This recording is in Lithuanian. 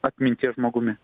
atminties žmogumi